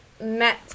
met